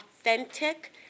authentic